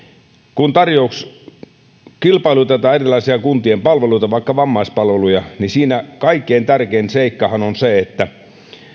kun kilpailutetaan erilaisia kuntien palveluita vaikka vammaispalveluja niin siinä kaikkein tärkein seikkahan on se että